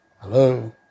hello